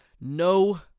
no